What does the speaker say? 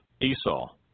Esau